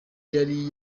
yari